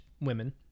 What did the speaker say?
women